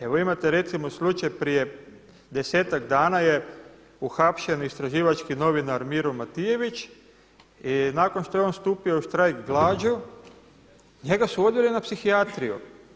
Evo imate recimo slučaj prije desetak dana je uhapšen istraživački novinar Miro Matijević i nakon što je on stupio u štrajk glađu njega su odveli na psihijatriju.